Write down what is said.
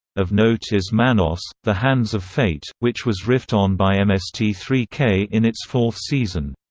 of note is manos the hands of fate, which was riffed on by m s t three k in its fourth season.